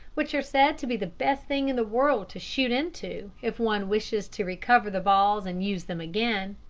which are said to be the best thing in the world to shoot into if one wishes to recover the balls and use them again.